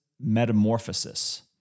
metamorphosis